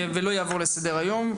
ולא יעבור לסדר היום,